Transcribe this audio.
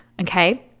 okay